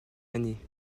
année